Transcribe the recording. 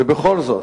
ובכל זאת,